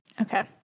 Okay